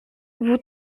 vous